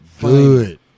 Good